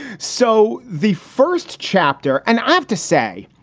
so the first chapter and i have to say,